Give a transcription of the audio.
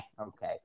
okay